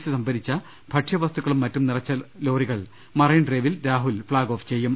C സംഭ രിച്ച ഭക്ഷ്യവസ്തുക്കളും മറ്റും നിറച്ച ലോറികൾ മറൈൻ ഡ്രൈവിൽ രാഹുൽ ഫ്ളാഗ് ഓഫ് ചെയ്യും